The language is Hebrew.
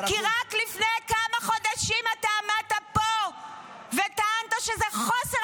כי רק לפני כמה חודשים אתה עמדת פה וטענת שזה חוסר